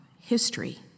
history